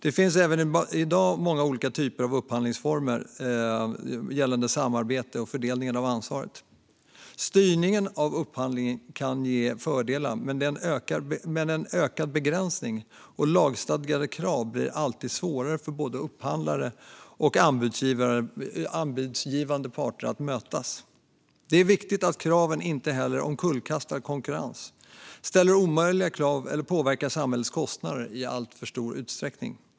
Det finns även många olika typer av upphandlingsformer i dag gällande samarbeten och fördelning av ansvar. Styrning av upphandling kan ge fördelar, men med ökade begränsningar och lagstadgade krav blir det alltid svårare för både upphandlande och anbudsgivande parter att mötas. Det är viktigt att kraven inte heller omkullkastar konkurrens, ställer omöjliga krav eller påverkar samhällets kostnader i alltför stor utsträckning.